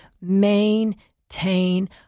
maintain